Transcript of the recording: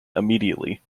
immediately